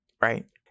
right